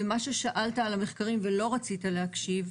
שאלת על המחקרים ולא רצית להקשיב.